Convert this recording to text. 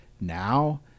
now